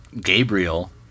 Gabriel